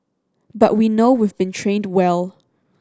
but we know we've been trained well